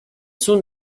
soon